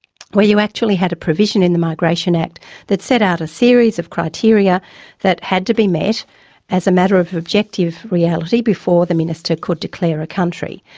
where you actually had a provision in the migration act that set out a series of criteria that had to be met as a matter of objective reality before the minister could declare a country,